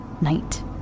night